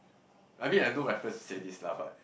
I mean I know my friends would say this lah but